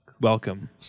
welcome